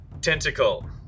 tentacle